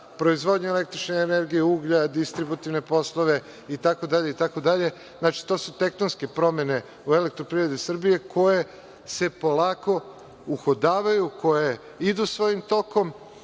proizvodnju električne energije uglja, distributivne poslove itd, to su tektonske promene u „Elektroprivredi Srbije“ koje se polako uhodavaju, koje idu svojim tokom.